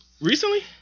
Recently